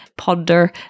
ponder